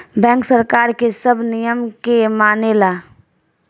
bank सरकार के सब नियम के मानेला